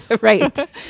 right